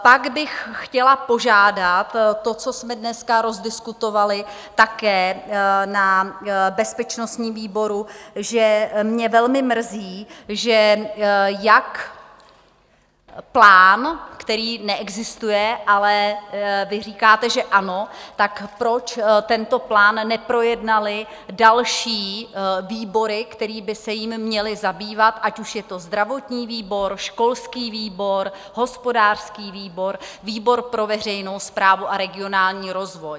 Pak bych chtěla požádat to, co jsme dneska rozdiskutovali také na bezpečnostním výboru, že mě velmi mrzí, že plán, který neexistuje ale vy říkáte, že ano tak proč tento plán neprojednaly další výbory, které by se jím měly zabývat, ať už je to zdravotní výbor, školský výbor, hospodářský výbor, výbor pro veřejnou správu a regionální rozvoj.